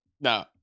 No